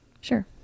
Sure